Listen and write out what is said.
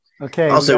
Okay